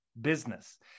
business